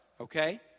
okay